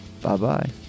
Bye-bye